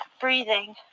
breathing